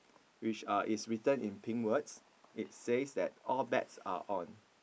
which uh is written in pink words it says that all bets are on